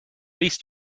least